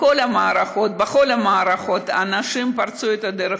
בכל המערכות אנשים פרצו את הדרך.